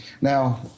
Now